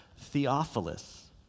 Theophilus